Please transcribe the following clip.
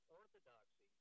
orthodoxy